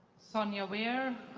sonja wear,